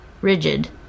rigid